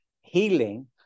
healing